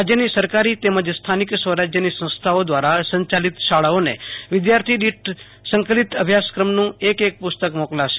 રાજયની સરકારી તેમજ સ્થાનિક સ્વરાજયની સંસ્થાઓ દ્રારા સં ચાલિત શાળાઓને વિધાર્થીદીઠ સંકલિત અભ્યાસક્રમનું એકએક પુસ્તક મોકલાશે